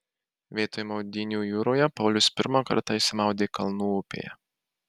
vietoj maudynių jūroje paulius pirmą kartą išsimaudė kalnų upėje